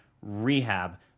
rehab